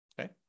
Okay